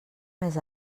més